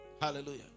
Hallelujah